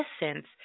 essence